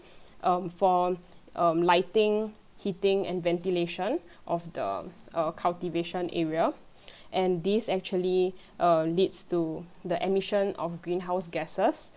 um for um lighting heating and ventilation of the uh cultivation area and this actually uh leads to the emission of green house gases